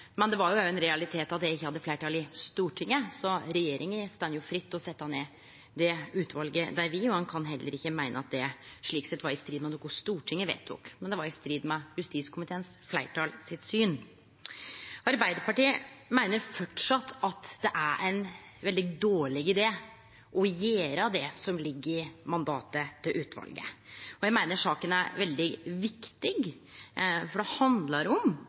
Men det var òg ein realitet at det ikkje hadde fleirtal i Stortinget. Så regjeringa står fritt til å setje ned det utvalet dei vil, og ein kan heller ikkje meine at det, slik sett, var i strid med noko Stortinget vedtok, men det var i strid med synet til fleirtalet i justiskomiteen. Arbeidarpartiet meiner framleis at det er ein veldig dårleg idé å gjere det som ligg i mandatet til utvalet, og eg meiner saka er veldig viktig, for det handlar om